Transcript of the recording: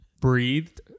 breathed